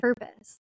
purpose